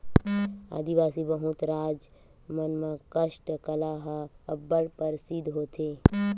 आदिवासी बहुल राज मन म कास्ठ कला ह अब्बड़ परसिद्ध होथे